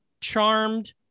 Charmed